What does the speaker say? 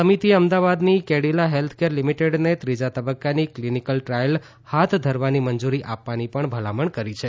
સમિતિએ અમદાવાદની કેડિલા હેલ્થકેર લિમિટેડને ત્રીજા તબક્કાની ક્લિનીકલ ટ્રાયલ હાથ ધરવાની મંજૂરી આપવાની પણ ભલામણ કરી છે